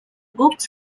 books